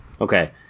Okay